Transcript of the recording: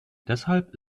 deshalb